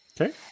Okay